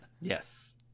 yes